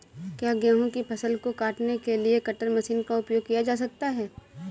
क्या गेहूँ की फसल को काटने के लिए कटर मशीन का उपयोग किया जा सकता है?